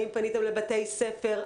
האם פניתם לבתי ספר?